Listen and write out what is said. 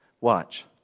Watch